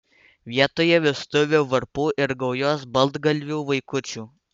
vietoje vestuvių varpų ir gaujos baltgalvių vaikučių